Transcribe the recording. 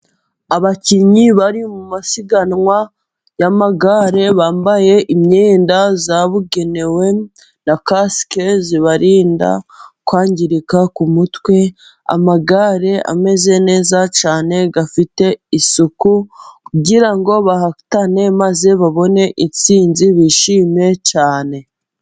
Abakinnyi bari mu masiganwa y'amagare, bambaye imyenda yabugenewe, na kasike zibarinda kwangirika ku mutwe, amagare ameze neza cyane, afite isuku, kugira ngo bahatane maze babone intsinzi bishime cyane.